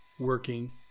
working